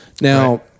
Now